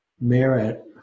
merit